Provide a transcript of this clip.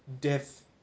death